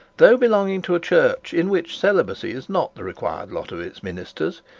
though belonging to a church in which celibacy is not the required lot of its ministers,